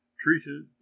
treated